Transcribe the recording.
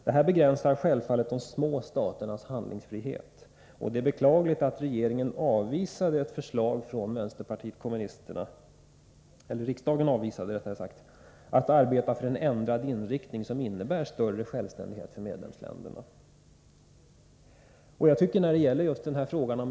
Detta begränsar självfallet de små staternas handlingsfrihet, och det är beklagligt att riksdagen avvisade ett förslag från vänsterpartiet kommunisterna om att arbeta för en ändrad inriktning som innebär större självständighet för medlemsländerna.